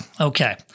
Okay